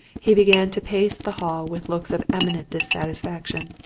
he began to pace the hall with looks of eminent dissatisfaction.